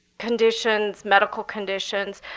conditions, medical conditions,